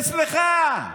אצלך.